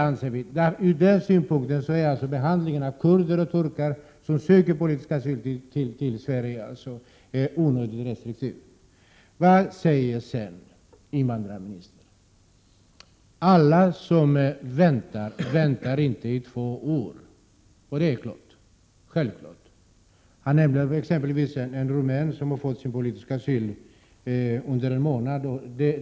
Ur den synpunkten är alltså behandlingen av kurder och turkar, som söker politisk asyl i Sverige, onödigt restriktiv. Vad säger sedan invandrarministern? Jo, han säger att alla som väntar, behöver inte vänta i två år. Och detta är självklart. Invandrarministern nämnde en rumän som fått sin politiska asyl beviljad inom en månad.